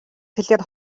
хэлээр